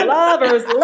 lovers